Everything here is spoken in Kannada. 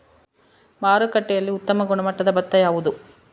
ಮಾರುಕಟ್ಟೆಯಲ್ಲಿ ಉತ್ತಮ ಗುಣಮಟ್ಟದ ಭತ್ತ ಯಾವುದು?